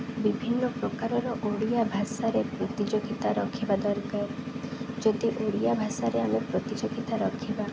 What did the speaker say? ବିଭିନ୍ନପ୍ରକାରର ଓଡ଼ିଆ ଭାଷାରେ ପ୍ରତିଯୋଗିତା ରଖିବା ଦରକାର ଯଦି ଓଡ଼ିଆ ଭାଷାରେ ଆମେ ପ୍ରତିଯୋଗିତା ରଖିବା